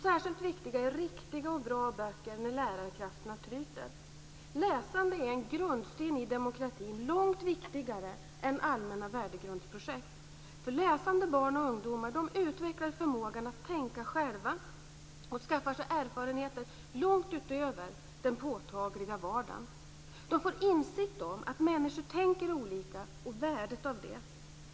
Särskilt viktiga är riktiga och bra böcker när lärarkrafterna tryter. Läsande är en grundsten i demokratin, långt viktigare än allmänna värdegrundsprojekt. Läsande barn och ungdomar utvecklar förmåga att tänka själva och skaffar sig erfarenheter långt utöver den påtagliga vardagen. De får insikt om att människor tänker olika och värdet av det.